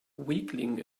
weakling